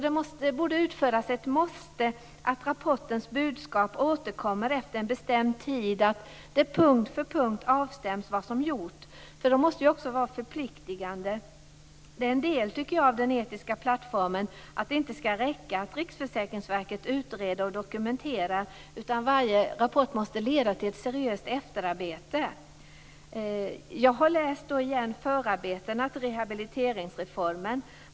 Det borde utfärdas ett måste att rapportens budskap återkommer efter en bestämd tid så att det på punkt efter punkt avstäms vad som gjorts. Det måste vara förpliktigande. Det är en del av den etiska plattformen att det inte skall räcka att Riksförsäkringsverket utreder och dokumenterar, utan varje rapport måste leda till ett seriöst efterarbete. Jag har läst igenom förarbetena till rehabiliteringsreformen.